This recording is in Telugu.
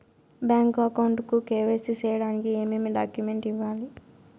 బ్యాంకు అకౌంట్ కు కె.వై.సి సేయడానికి ఏమేమి డాక్యుమెంట్ ఇవ్వాలి?